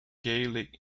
gaelic